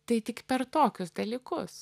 tai tik per tokius dalykus